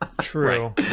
True